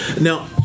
now